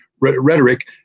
rhetoric